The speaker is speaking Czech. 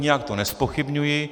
Nijak to nezpochybňuji.